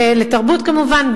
כמובן,